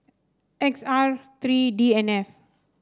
X R three D N F